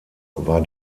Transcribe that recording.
war